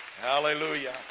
Hallelujah